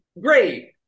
Great